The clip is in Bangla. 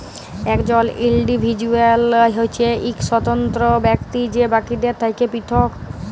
একজল ইল্ডিভিজুয়াল হছে ইক স্বতন্ত্র ব্যক্তি যে বাকিদের থ্যাকে পিরথক